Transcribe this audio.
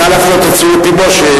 נא להפנות את תשומת לבו.